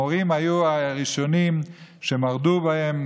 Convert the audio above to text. המורים היו הראשונים שמרדו בהם.